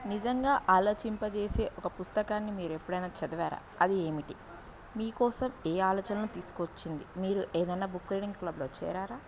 నిజంగా ఆలోచింపచేసే ఒక పుస్తకాన్ని మీరు ఎప్పుడైనా చదివారా అది ఏమిటి మీకోసం ఏ ఆలోచనలను తీసుకొచ్చింది మీరు ఏదన్నా బుక్ రీడింగ్ క్లబ్లో చేరారా